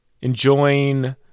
enjoying